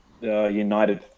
United